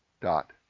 dot